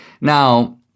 Now